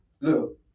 look